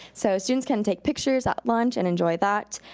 so students can take pictures at lunch and enjoy that.